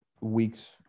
weeks